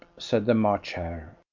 said the march hare.